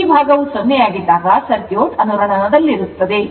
ಈ ಭಾಗವು 0 ಆಗಿದ್ದಾಗ ಸರ್ಕ್ಯೂಟ್ ಅನುರಣನದಲ್ಲಿರುತ್ತದೆ